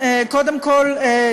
קודם כול,